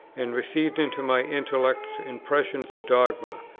and received into my intellect impressions of dogma,